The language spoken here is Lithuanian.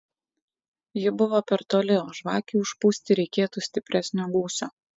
ji buvo per toli o žvakei užpūsti reikėtų stipresnio gūsio